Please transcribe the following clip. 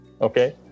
Okay